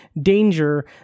danger